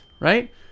right